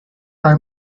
are